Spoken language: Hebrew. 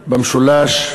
במשולש,